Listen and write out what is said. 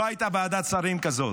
לא הייתה ועדת שרים כזאת,